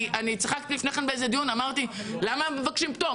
אני צחקתי לפני כן באיזה דיון ואמרתי: למה הם מבקשים פטור?